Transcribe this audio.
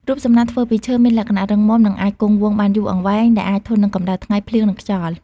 រូបសំណាកធ្វើពីឈើមានលក្ខណៈរឹងមាំ និងអាចគង់វង្សបានយូរអង្វែង ដែលអាចធន់នឹងកម្ដៅថ្ងៃ ភ្លៀង និងខ្យល់។